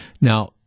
now